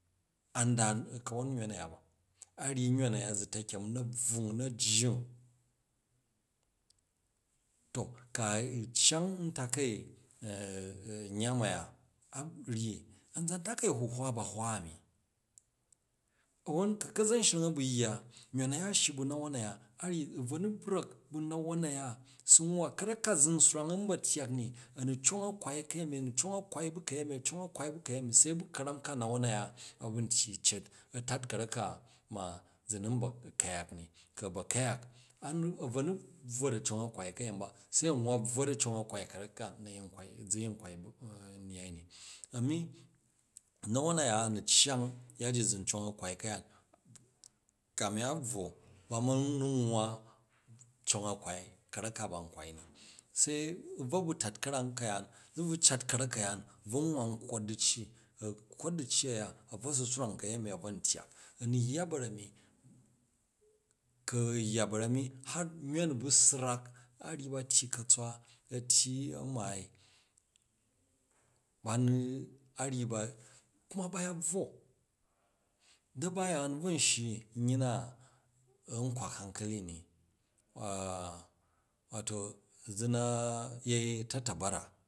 An daa, ka̱won nyon a̱ya ba, a ryyi nyon a̱ya zu ta̱kyem u̱ na̱ bvuung u̱ na jjing, to ka cyang ntakai myam a̱ya, a ryyi a̱nzan takai a̱huhra ba hwa a̱mi, a̱wom ku ka̱zan shring a bu̱ yya nyon a̱ ya shyi nbu na̱won a̱ya a ryyi a̱ bvo nu brak bu na̱won a̱ya a su nwwa ka̱rak ka zun swrang n ba tyyak ni a nyu cong a kwai ka̱yemi a cong a kwai bu̱ ka̱yemi, a cong a kwai bu kayemi, se bu ka̱ram ka̱ na̱won na a̱ya na ba nfyyi zet a fat ka̱rak ma zu nu nba ku̱yak ni, ku a ba ku̱yak a bvo nu bvwot a cong a kwai ka̱yemi ba, se a nwwa bvwot a cong a kwai ka̱rak ka nayin nkwai nnyai ni, a̱ ni na̱won a̱ya a̱ nu cyang yya ji cong a kwai ka̱ya, kamin a bvwo ba ma nu nwwa cong a kwai ka̱rak ka ban kwai ni. sai be u bvo bu tat ka̱ram ka̱yaan a bvwo cat ka̱rak ka̱yaan a bvwo nwwa n kkwot du̱cci a kkwot du̱cci a̱ya a bvo su swrang ka̱yemi a bvo n tyaak, a̱ nmu yya ba̱rami ku a̱ yya barami har nyon a bu srak a ryyi ba tyyi ka̱tswa a tyyi a maai ba mu, a ryyi ba kuma ba ya bnvwo, daba yaan bvu n shyi nyyi tna bvu nkwak hankali ni, wato zu yei tatabara.